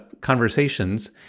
conversations